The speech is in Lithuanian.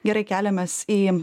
gerai keliamės į